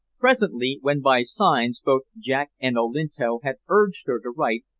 presently, when by signs both jack and olinto had urged her to write,